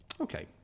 Okay